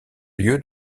lieu